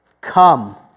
Come